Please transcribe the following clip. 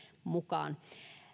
mukaan